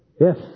Yes